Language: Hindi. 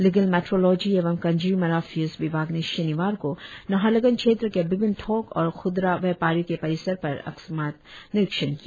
लिगल मेट्रोलोजी एवं कन्जीय़मर अफेयरस विभाग ने शनिवार को नाहरलग़न क्षेत्र के विभिन्न थोक और ख्दरा व्यापारियों के परिसर पर अकस्मात निरीक्षण किया